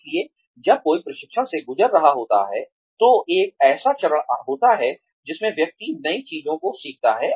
इसलिए जब कोई प्रशिक्षण से गुजर रहा होता है तो एक ऐसा चरण होता है जिसमें व्यक्ति नई चीजों को सीखता है